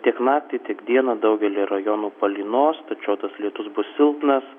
tiek naktį tiek dieną daugelyje rajonų palynos tačiau tas lietus bus silpnas